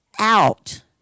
out